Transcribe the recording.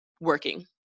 working